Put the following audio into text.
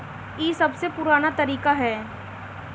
ई सबसे पुरान तरीका हअ